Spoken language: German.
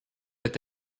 mit